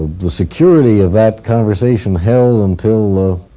the security of that conversation held until